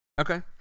Okay